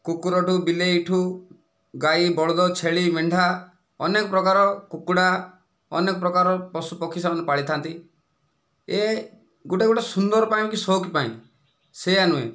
କୁକୁରଠାରୁ ବିଲେଇଠାରୁ ଗାଈ ବଳଦ ଛେଳି ମେଣ୍ଢା ଅନେକ ପ୍ରକାର କୁକୁଡ଼ା ଅନେକ ପ୍ରକାର ପଶୁ ପକ୍ଷୀ ସେମାନେ ପାଳିଥାନ୍ତି ଏ ଗୋଟିଏ ଗୋଟିଏ ସୁନ୍ଦର ପାଇଁକି ସଉକି ପାଇଁ ସେ'ୟା ନୁହେଁ